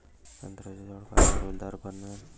संत्र्याचं झाड कायनं डौलदार बनन?